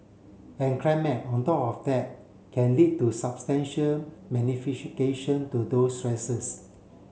and climate on top of that can lead to substantial to those stresses